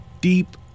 deep